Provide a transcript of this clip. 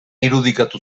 irudikatu